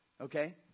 okay